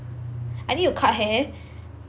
I need to cut hair